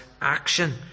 action